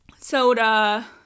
soda